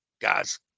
guys